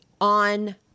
on